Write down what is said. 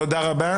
זה בדיוק העניין.